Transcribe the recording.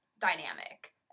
dynamic